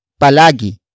Palagi